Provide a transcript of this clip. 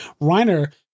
Reiner